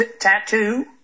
tattoo